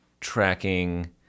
tracking